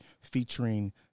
featuring